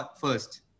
first